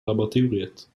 laboratoriet